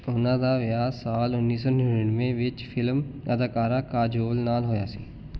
ਉਨ੍ਹਾਂ ਦਾ ਵਿਆਹ ਸਾਲ ਉੱਨੀ ਸੌ ਨੜ੍ਹਿਨਵੇਂ ਵਿੱਚ ਫਿਲਮ ਅਦਾਕਾਰਾ ਕਾਜੋਲ ਨਾਲ ਹੋਇਆ ਸੀ